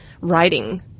writing